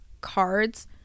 cards